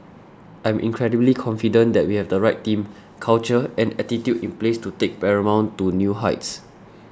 I'm incredibly confident that we have the right team culture and attitude in place to take Paramount to new heights